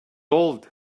old